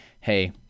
hey